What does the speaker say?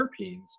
terpenes